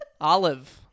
olive